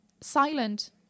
silent